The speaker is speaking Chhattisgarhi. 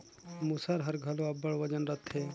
मूसर हर घलो अब्बड़ ओजन रहथे